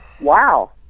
Wow